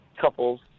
couples